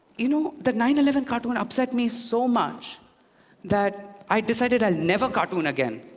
you know, the nine eleven cartoon upset me so much that i decided i'll never cartoon again.